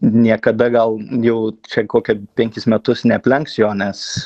niekada gal jau čia kokia penkis metus neaplenks jo nes